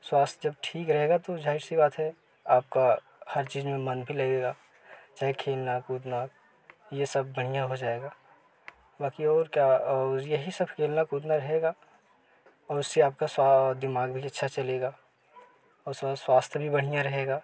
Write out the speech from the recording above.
स्वास्थ्य जब ठीक रहेगा तो जाहिर सी बात है आपका हर चीज में मन भी लगेगा चाहे खेलना कूदना ये सब बढ़िया हो जाएगा बाकी और क्या और यही सब खेलना कूदना रहेगा और उससे आपका दिमाग भी अच्छा चलेगा और स्वास्थ्य भी बढ़िया रहेगा